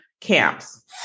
camps